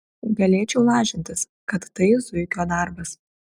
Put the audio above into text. galėčiau lažintis kad tai zuikio darbas